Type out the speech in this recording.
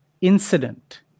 incident